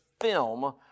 film